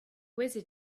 wizard